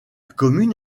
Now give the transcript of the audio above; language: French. commune